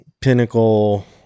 pinnacle